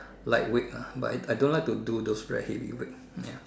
light weight lah but I don't like to do those very heavy weight